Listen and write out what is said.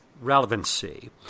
relevancy